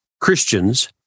Christians